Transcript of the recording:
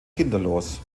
kinderlos